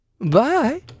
bye